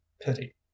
pity